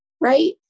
right